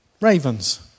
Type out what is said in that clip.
ravens